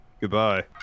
Goodbye